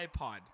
iPod